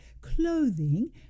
clothing